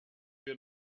wir